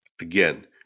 Again